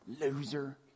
loser